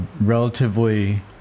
relatively